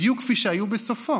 בדיוק כפי שהיו בסופו.